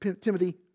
Timothy